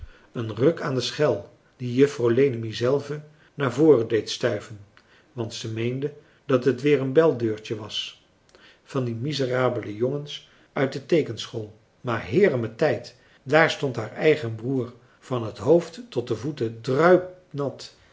een ruk aan de schel die juffrouw lenemie zelve naar voren deed stuiven want ze meende dat het weer een beldeurtje was van die miserabele jongens uit de teekenschool maar heeremijntijd daar stond haar eigen broer van het hoofd tot de voeten druipnat